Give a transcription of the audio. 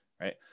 right